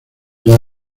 dos